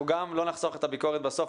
אנחנו לא נחסוך את הביקורת בסוף.